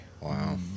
Wow